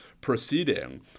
proceeding